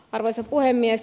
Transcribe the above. arvoisa puhemies